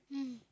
mm